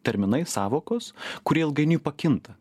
terminai sąvokos kurie ilgainiui pakinta